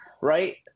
right